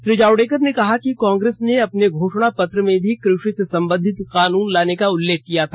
श्री जावड़ेकर ने कहा कि कांग्रेस ने अपने घोषणा पत्र में भी कृषि से संबंधित कानून लाने का उल्लेख किया था